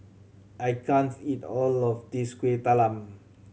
I can't eat all of this Kueh Talam